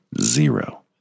Zero